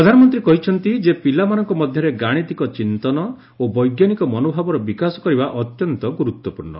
ପ୍ରଧାନମନ୍ତ୍ରୀ କହିଛନ୍ତି ଯେ ପିଲାମାନଙ୍କ ମଧ୍ୟରେ ଗାଣିତିକ ଚିନ୍ତନ ଓ ବୈଜ୍ଞାନିକ ମନୋଭାବର ବିକାଶ କରିବା ଅତ୍ୟନ୍ତ ଗୁରୁତ୍ୱପୂର୍ଣ୍ଣ